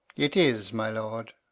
it is, my lord.